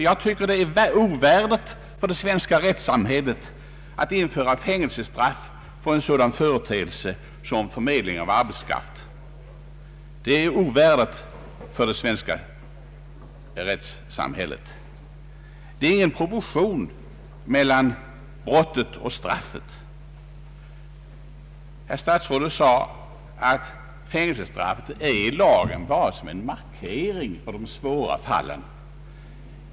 Jag tycker att det är ovärdigt det svenska rättssamhället att införa fängelsestraff för en sådan verksamhet som förmedling av arbetskraft. Det är ingen rimlig proportion mellan brottet och straffet. Herr statsrådet sade att fängelsestraffet skrivs in i lagen bara som en markering för de svåra fallen.